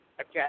Okay